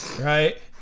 Right